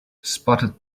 spotted